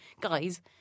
guys